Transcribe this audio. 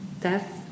death